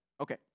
Okay